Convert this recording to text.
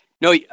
No